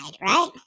right